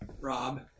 Rob